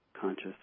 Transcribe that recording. conscious